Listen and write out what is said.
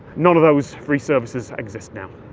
none of those free services exist now.